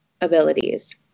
abilities